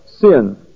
Sin